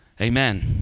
Amen